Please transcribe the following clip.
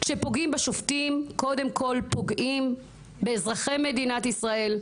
כשפוגעים בשופטים קודם כל פוגעים באזרחי מדינת ישראל,